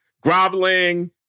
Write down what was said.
Groveling